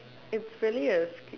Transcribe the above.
it's really a skill